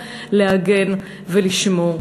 להגן ולשמור.